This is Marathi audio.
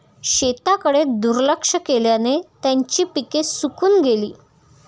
शेताकडे दुर्लक्ष केल्याने त्यांची पिके सुकून गेली